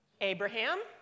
Abraham